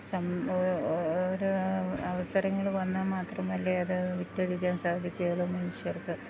ഒരു അവസരങ്ങള് വന്നാല് മാത്രമല്ലേ അതു വിറ്റഴിക്കാന് സാധിക്കുകയുള്ളൂ മനുഷ്യർക്ക്